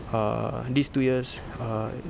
err these two years err